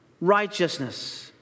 righteousness